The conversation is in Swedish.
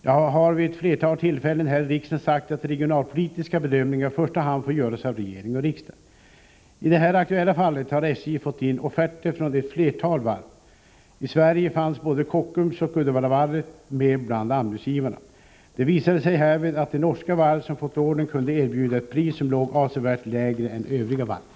Jag har vid ett flertal tillfällen här i riksdagen sagt att regionalpolitiska bedömningar i första hand får göras av regering och riksdag. I det här aktuella fallet har SJ fått in offerter från ett flertal varv. I Sverige fanns både Kockums och Uddevallavarvet med bland anbudsgivarna. Det visade sig härvid att det norska varv som fått ordern kunde erbjuda ett pris som låg avsevärt lägre än övriga varvs.